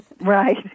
Right